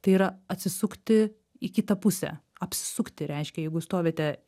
tai yra atsisukti į kitą pusę apsisukti reiškia jeigu stovite